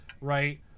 right